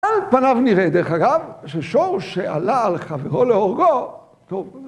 ‫על פניו נראה דרך אגב ‫ששור שעלה על חברו להורגו...